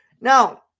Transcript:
Now